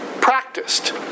practiced